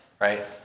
Right